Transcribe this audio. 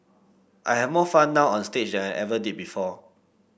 I have more fun now onstage and I ever did before